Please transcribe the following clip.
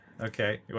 Okay